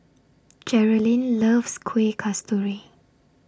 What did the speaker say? Jerilynn loves Kueh Kasturi